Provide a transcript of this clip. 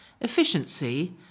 efficiency